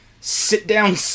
sit-down